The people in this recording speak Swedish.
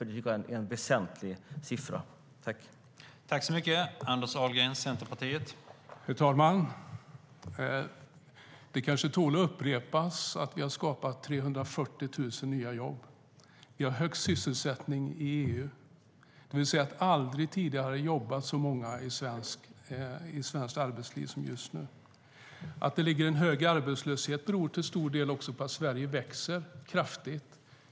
Det tycker jag är en väsentlig siffra.